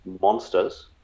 monsters